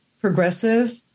progressive